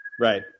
Right